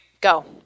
Go